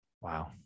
Wow